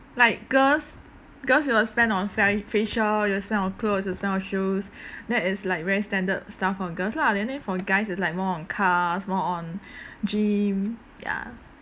like girls girls we will spend on fa~ facial we'll spend on clothes we'll spend on shoes that is like very standard stuff for girls lah then then for guys it's like more cars more on gym ya